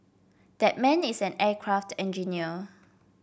that man is an aircraft engineer